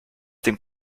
dem